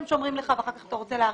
שומרים לך ואחר כך אם אתה רוצה להאריך,